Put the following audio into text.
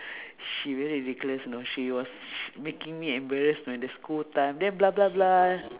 she very vicious you know she was making me embarrass when the school time then blah blah blah